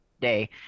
day